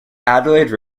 adelaide